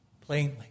plainly